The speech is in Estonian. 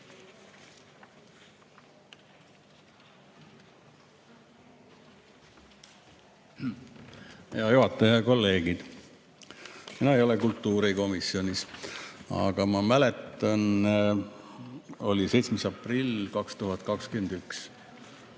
Hea juhataja ja kolleegid! Mina ei ole kultuurikomisjonis, aga ma mäletan, oli 7. aprill 2021.